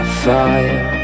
fire